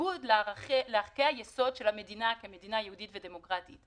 הניגוד לערכי היסוד של המדינה כמדינה יהודית ודמוקרטית,